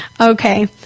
Okay